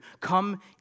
Come